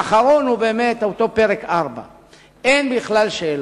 ואחרון הוא באמת אותו פרק 4. אין בכלל שאלה.